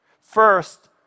First